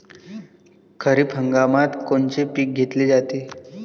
खरिप हंगामात कोनचे पिकं घेतले जाते?